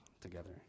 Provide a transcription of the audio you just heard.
together